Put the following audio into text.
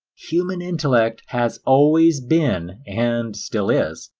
human intellect has always been, and still is,